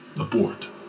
Abort